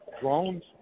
drones